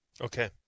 Okay